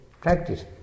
practice